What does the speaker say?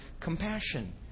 compassion